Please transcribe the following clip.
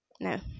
no